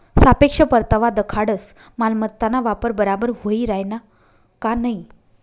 सापेक्ष परतावा दखाडस मालमत्ताना वापर बराबर व्हयी राहिना का नयी